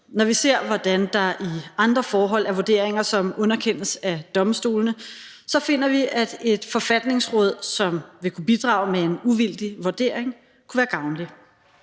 Når vi ser, hvordan der i andre forhold er vurderinger, som underkendes af domstolene, så finder vi, at et forfatningsråd, som vil kunne bidrage med en uvildig vurdering, kunne være gavnligt.